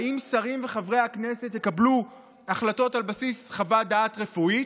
האם שרים וחברי הכנסת יקבלו החלטות על בסיס חוות דעת רפואית?